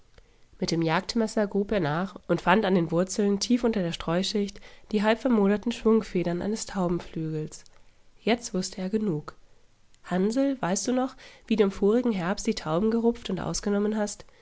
mit dem jagdmesser grub er nach und fand an den wurzeln tief unter der streuschicht die halbvermoderten schwungfedern eines taubenflügels jetzt wußte er genug hansl weißt noch wie du im vorigen herbst die tauben gerupft und ausgenommen hast